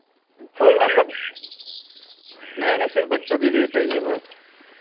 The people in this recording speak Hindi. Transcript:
फुल नंबर नहीं नहीं सिर्फ़ बच्चों के लिए चाहिए बस